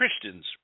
Christians